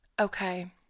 okay